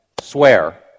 swear